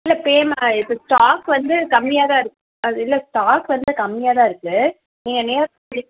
இல்லை பே மா இருக்கு ஸ்டாக் வந்து கம்மியாக தான் இருக்கு அது இல்லை ஸ்டாக் வந்து கம்மியாக தான் இருக்கு நீங்கள் நேரில்